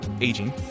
aging